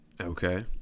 Okay